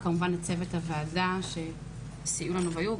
וכמובן גם לצוות הוועדה שסייעו לנו והיו.